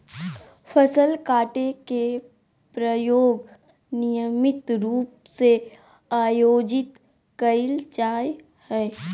फसल काटे के प्रयोग नियमित रूप से आयोजित कइल जाय हइ